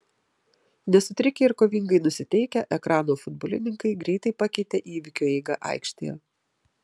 nesutrikę ir kovingai nusiteikę ekrano futbolininkai greitai pakeitė įvykių eigą aikštėje